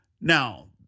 Now